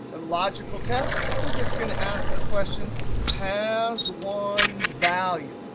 and logical test? we're just going to ask the question has one value.